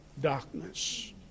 darkness